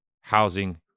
housing